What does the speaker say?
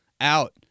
out